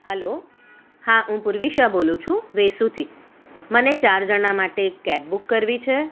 હાલો હા હું પૂર્વી શાહ બોલું છું વેસુથી મને ચાર જણા માટે એક કેબ બુક કરવી છે